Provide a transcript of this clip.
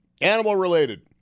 Animal-related